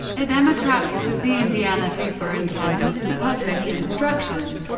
a democrat who was the indiana superintendent of public instruction.